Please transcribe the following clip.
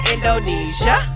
Indonesia